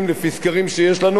לפי סקרים שיש לנו,